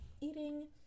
eating